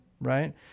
right